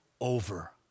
over